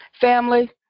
Family